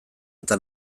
eta